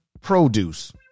produce